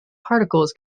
particles